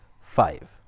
five